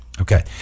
Okay